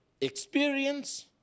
experience